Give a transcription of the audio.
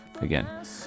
again